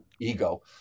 ego